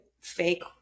fake